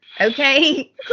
Okay